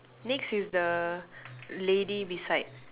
next is the lady beside